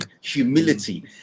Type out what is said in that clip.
humility